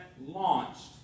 launched